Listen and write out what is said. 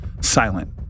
silent